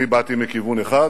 אני באתי מכיוון אחד,